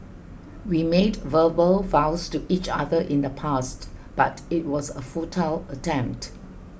we made verbal vows to each other in the past but it was a futile attempt